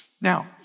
Now